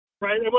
Right